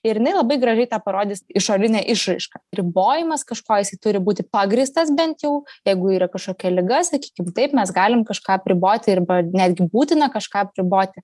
ir jinai labai gražiai tą parodys išorine išraiška ribojimas kažko jis turi būti pagrįstas bent jau jeigu yra kažkokia liga sakykim taip mes galim kažką apriboti arba netgi būtina kažką apriboti